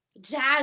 Jazz